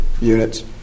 Units